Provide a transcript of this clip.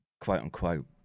quote-unquote